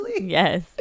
Yes